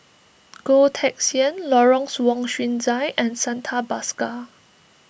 Goh Teck Sian Lawrence Wong Shyun Tsai and Santha Bhaskar